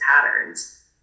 patterns